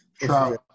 trout